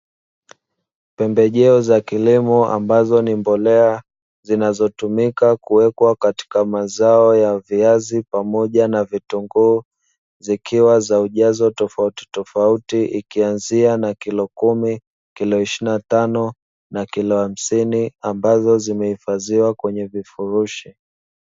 Pembejeo za kilimo mbazo ni mbolea zinazotumika kuwekwa katika mazao ya viazi pamoja na vitunguu, zikiwa za ujazo tofauti tofauti ikianzia na kilo kumi, kilo ishirini na tano na kilo hamsini ambazo zimehifadhiwa kwenye vifurushi.